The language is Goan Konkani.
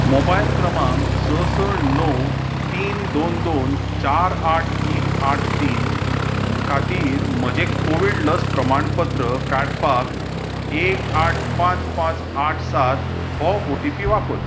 मोबायल क्रमांक स स णव तीन दोन दोन चार आठ तीन आठ तीन खातीर म्हजें कोवीड लस प्रमाणपत्र काडपाक एक आठ पांच पांच आठ सात हो ओ टी पी वापर